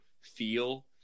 feel